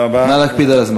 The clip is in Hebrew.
תודה רבה.